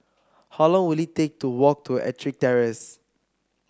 how long will it take to walk to EttricK Terrace